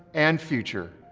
and future,